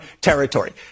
territory